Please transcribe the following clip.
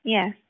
Yes